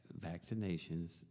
vaccinations